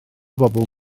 bobol